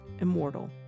immortal